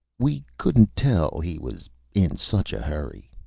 we couldn't tell. he was in such a hurry.